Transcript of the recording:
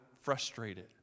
frustrated